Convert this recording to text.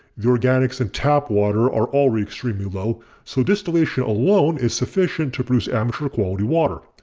the organics in tap water are already extremely low so distillation alone is sufficient to produce amateur quality water,